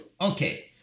Okay